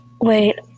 Wait